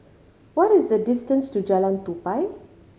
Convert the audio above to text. what is the distance to Jalan Tupai